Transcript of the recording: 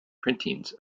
printings